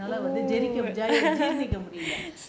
அதுனால வந்து ஜீரணிக்க முடில:athunaala vanthu jeeranikka mudila